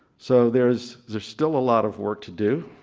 so there's there's still a lot of work to do,